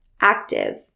active